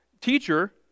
Teacher